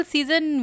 Season